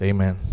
Amen